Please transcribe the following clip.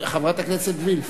חברת הכנסת וילף.